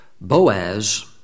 Boaz